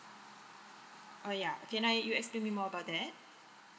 oh ya can I you explain me more about that